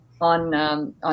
on